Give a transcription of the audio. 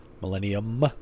millennium